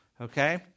Okay